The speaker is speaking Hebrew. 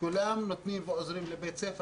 כולם עוזרים לבית הספר,